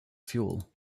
fuel